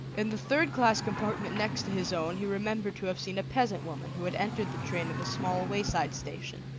in the third-class compartment next to his own he remembered to have seen a peasant woman, who had entered the train at a small wayside station.